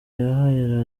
yahaye